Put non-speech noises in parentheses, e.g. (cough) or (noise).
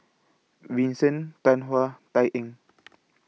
Vincent Tan Hwa Tay Eng (noise)